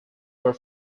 were